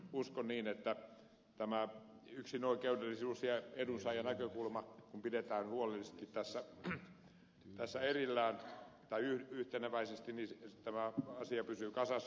uskon niin että kun tämä yksinoikeudellisuus ja edunsaajanäkökulma pidetään huolellisesti tässä yhteneväisesti niin tämä asia pysyy kasassa